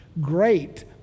great